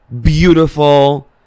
Beautiful